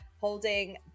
holding